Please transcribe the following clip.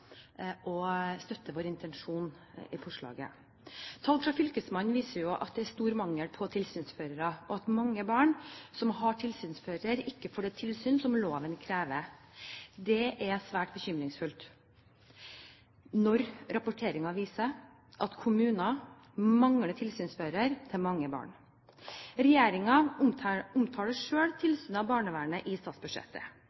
og støtter vår intensjon i forslaget. Tall fra fylkesmennene viser at det er stor mangel på tilsynsførere, og at mange barn som har tilsynsfører, ikke får det tilsyn som loven krever. Det er svært bekymringsfullt når rapporteringen viser at kommuner mangler tilsynsførere til mange barn. Regjeringen omtaler